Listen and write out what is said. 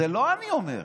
את זה לא אני אומר,